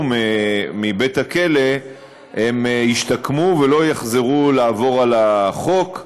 מבית-הכלא הם ישתקמו ולא יחזרו לעבור על החוק,